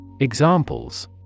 Examples